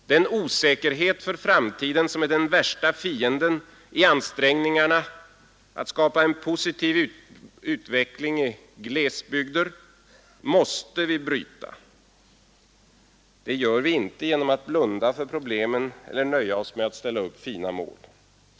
Den osäkerhet för framtiden som är den värsta fienden i ansträngningarna att skapa en positiv utveckling i glesbygder måste vi bryta. Det gör vi inte genom att blunda för problemen eller nöja oss med att ställa upp fina mål.